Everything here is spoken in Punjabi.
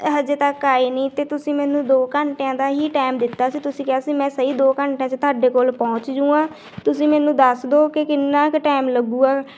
ਹਾਲੇ ਤੱਕ ਆਏ ਨਹੀਂ ਅਤੇ ਤੁਸੀਂ ਮੈਨੂੰ ਦੋ ਘੰਟਿਆਂ ਦਾ ਹੀ ਟਾਈਮ ਦਿੱਤਾ ਸੀ ਤੁਸੀਂ ਕਿਹਾ ਸੀ ਮੈਂ ਸਹੀ ਦੋ ਘੰਟਿਆਂ 'ਚ ਤੁਹਾਡੇ ਕੋਲ ਪਹੁੰਚ ਜਾਊਗਾ ਤੁਸੀਂ ਮੈਨੂੰ ਦੱਸ ਦਿਓ ਕਿ ਕਿੰਨਾ ਕੁ ਟਾਈਮ ਲੱਗੇਗਾ